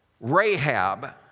Rahab